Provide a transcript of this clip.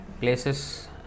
places